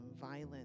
violence